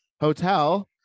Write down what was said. Hotel